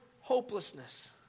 hopelessness